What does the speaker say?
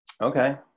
Okay